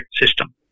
system